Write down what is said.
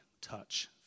touch